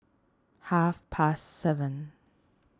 half past seven